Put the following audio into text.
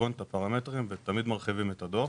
בחשבון את הפרמטרים, אנחנו תמיד מרחיבים את הדוח.